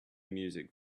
music